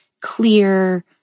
clear